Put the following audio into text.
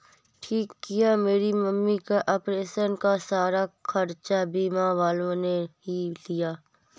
ठीक किया मेरी मम्मी का ऑपरेशन का सारा खर्चा बीमा वालों ने ही दिया